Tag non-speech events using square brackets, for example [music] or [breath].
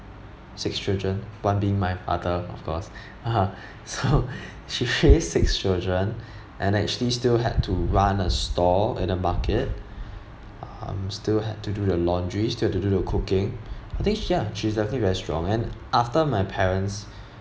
six children one being my mother of course [breath] (uh huh) so [laughs] she raised six children [breath] and actually still had to run a store in the market [breath] um still had to do the laundry still had to do the cooking [breath] I think ya she's definitely very strong and after my parents [breath]